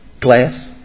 class